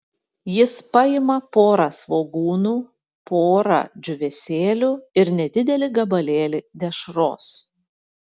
jis paima porą svogūnų porą džiūvėsėlių ir nedidelį gabalėlį dešros